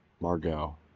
Margot